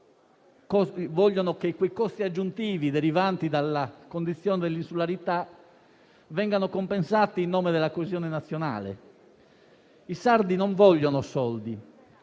vogliono che quei costi aggiuntivi derivanti dalla condizione dell'insularità vengano compensati in nome della coesione nazionale. Scrive ancora